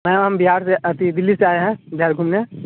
ma'am हम बिहार से अति दिल्ली से आएँ है बिहार घूमने